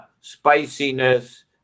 spiciness